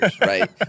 right